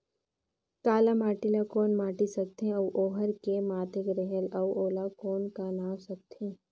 काला माटी ला कौन माटी सकथे अउ ओहार के माधेक रेहेल अउ ओला कौन का नाव सकथे?